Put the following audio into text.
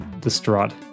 distraught